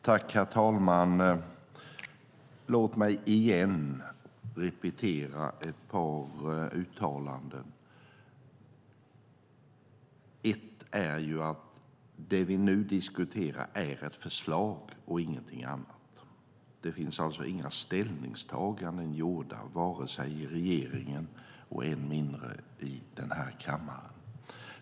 Herr talman! Låt mig repetera ett par uttalanden. Ett är att det vi nu diskuterar är ett förslag och ingenting annat. Det finns alltså inga ställningstaganden gjorda i vare sig regeringen eller den här kammaren.